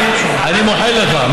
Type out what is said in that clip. אני מוחל לך.